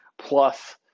plus